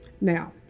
Now